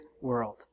world